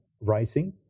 rising